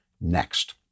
next